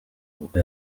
kuko